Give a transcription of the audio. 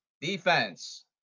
Defense